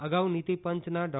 અગાઉ નીતિ પંચના ડો